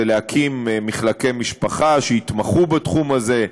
היא להקים מחלקי משפחה שיתמכו בתחום הזה.